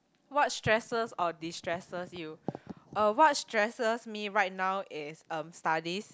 what stresses or destresses you uh what stresses me right now is um studies